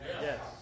Yes